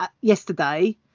yesterday